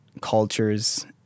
cultures